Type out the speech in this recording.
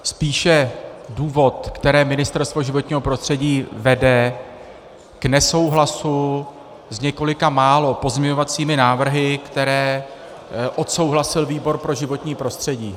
spíše důvod, který Ministerstvo životního prostředí vede k nesouhlasu s několika málo pozměňovacími návrhy, které odsouhlasil výbor pro životní prostředí.